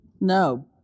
No